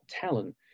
talent